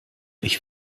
ich